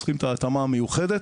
צריכים את ההתאמה המיוחדת